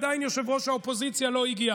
ראש האופוזיציה עדיין לא הגיע.